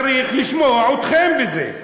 צריך לשמוע אתכם בזה.